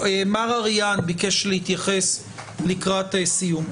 מר אריהן ביקש להתייחס לקראת סיום.